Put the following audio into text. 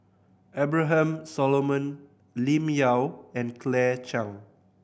Abraham Solomon Lim Yau and Claire Chiang